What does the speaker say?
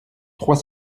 trois